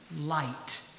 light